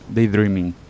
Daydreaming